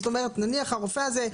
זאת אומרת נניח הרופא הזה,